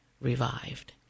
revived